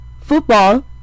football